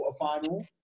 quarterfinal